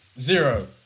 Zero